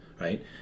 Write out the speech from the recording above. right